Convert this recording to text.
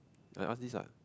like ask this lah